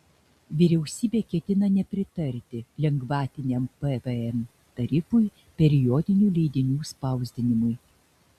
vyriausybė ketina nepritarti lengvatiniam pvm tarifui periodinių leidinių spausdinimui